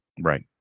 Right